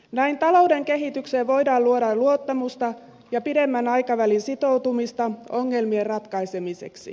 näin talouden kehitykseen voidaan luoda luottamusta ja pidemmän aikavälin sitoutumista ongelmien ratkaisemiseksi